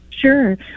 Sure